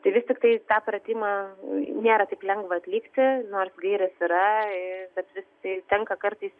tai vis tiktai tą pratimą nėra taip lengva atlikti nors gairės yra bet visi tenka kartais